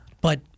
But-